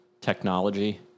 technology